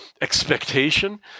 expectation